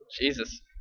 Jesus